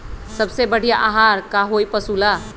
सबसे बढ़िया आहार का होई पशु ला?